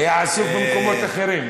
היה עסוק במקומות אחרים.